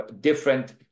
different